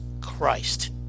Christ